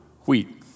wheat